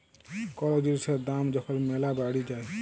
call জিলিসের দাম যখল ম্যালা বাইড়ে যায়